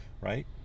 right